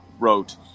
wrote